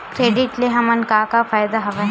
Credit ले हमन का का फ़ायदा हवय?